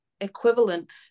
equivalent